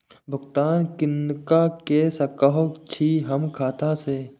भुगतान किनका के सकै छी हम खाता से?